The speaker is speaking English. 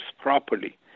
properly